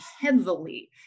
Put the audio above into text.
heavily